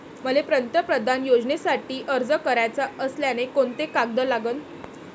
मले पंतप्रधान योजनेसाठी अर्ज कराचा असल्याने कोंते कागद लागन?